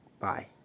Bye